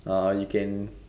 uh you can